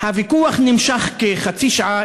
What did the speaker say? הוויכוח נמשך כחצי שעה,